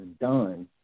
done